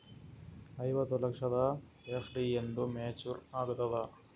ಐವತ್ತು ಲಕ್ಷದ ಎಫ್.ಡಿ ಎಂದ ಮೇಚುರ್ ಆಗತದ?